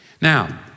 Now